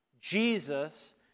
Jesus